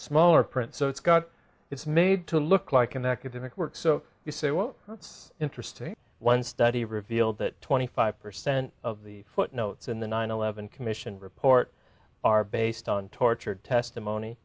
smaller print so it's got it's made to look like an academic work so you say well that's interesting one study revealed that twenty five percent of the footnotes in the nine eleven commission report are based on tortured testimony